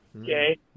Okay